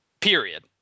period